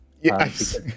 Yes